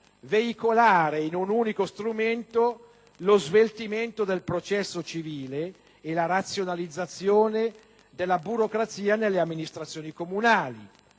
veicolare in un unico strumento lo sveltimento del processo civile e la razionalizzazione della burocrazia nelle amministrazioni comunali,